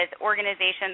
organizations